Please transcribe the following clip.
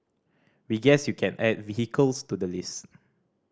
we guess you can add vehicles to the list